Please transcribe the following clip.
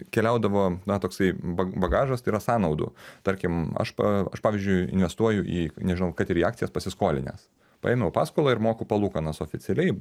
keliaudavo na toksai ba bagažas tai yra sąnaudų tarkim aš pa aš pavyzdžiui investuoju į nežinau kad ir į akcijas pasiskolinęs paėmiau paskolą ir moku palūkanas oficialiai